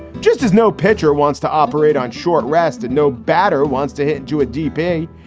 just as no pitcher wants to operate on short rest and no batter wants to hit you at depay.